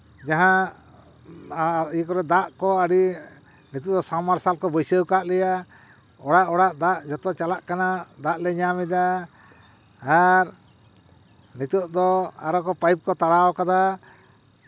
ᱡᱟᱦᱟᱸ ᱤᱭᱟᱹ ᱠᱚᱨᱮ ᱫᱟᱜ ᱠᱚ ᱟᱹᱰᱤ ᱱᱤᱛᱚᱜ ᱫᱚ ᱥᱟᱵ ᱢᱟᱨᱥᱟᱞ ᱠᱚ ᱵᱟᱹᱭᱥᱟᱹᱣ ᱠᱟᱜ ᱞᱮᱭᱟ ᱚᱲᱟᱜ ᱚᱲᱟᱜ ᱫᱟᱜ ᱡᱚᱛᱚ ᱪᱟᱞᱟᱜ ᱠᱟᱱᱟ ᱫᱟᱜ ᱞᱮ ᱧᱟᱢ ᱮᱫᱟ ᱟᱨ ᱱᱤᱛᱚᱜ ᱫᱚ ᱟᱨᱚ ᱠᱚ ᱯᱟᱭᱤᱯ ᱠᱚ ᱛᱟᱲᱟᱣ ᱠᱟᱫᱟ